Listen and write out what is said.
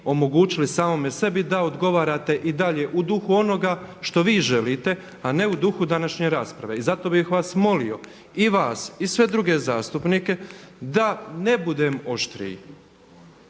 omogućili samome sebi da odgovarate i dalje u duhu onoga što vi želite, a ne u duhu današnje rasprave. I zato bih vas molio i vas i sve druge zastupnike da ne budem oštriji.